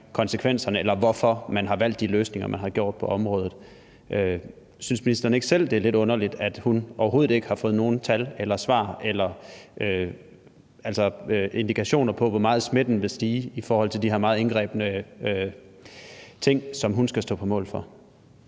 konsekvenserne, eller hvorfor man har valgt de løsninger, man har gjort, på området. Synes ministeren ikke selv, det er lidt underligt, at hun overhovedet ikke har fået nogen tal eller svar eller indikationer på, hvor meget smitten vil stige i forhold til de her meget indgribende ting, som hun skal stå på mål for?